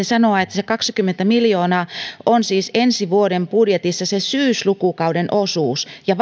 sanoa että se kaksikymmentä miljoonaa on siis ensi vuoden budjetissa se syyslukukauden osuus ja